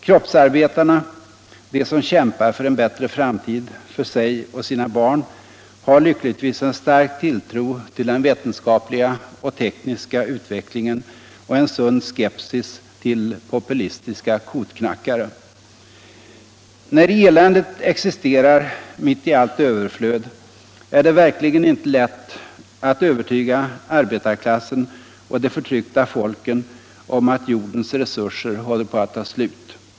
Kroppsarbetarna, de som kämpar för en bättre framtid för sig och sina barn, har lyckligtvis en stark tilltro till den vetenskapliga och tekniska utvecklingen och en sund skepsis till populistiska kotknackare. När eländet existerar mitt i allt överflöd. är det verkligen inte lätt alt övertyga arbetarklassen och de förtryckta folken om att jordens resurser håller på att ia slut.